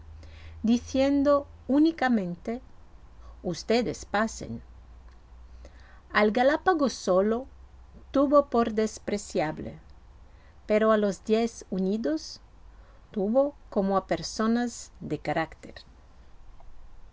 diciendo únicamente ustedes pasen al galápago solo tuvo por despreciable pero a los diez unidos tuvo como a personas de carácter